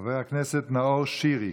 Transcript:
חבר הכנסת נאור שירי.